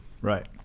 right